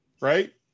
right